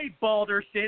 Balderson